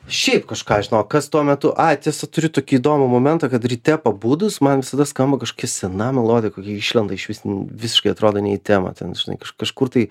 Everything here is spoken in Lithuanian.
šiaip kažką žinok kas tuo metu ai tiesa turi tokį įdomų momentą kad ryte pabudus man visada skamba kažkokia sena melodija kokia išlenda iš vis visiškai atrodo ne į temą ten žinai kaž kažkur tai